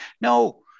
No